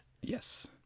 Yes